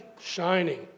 shining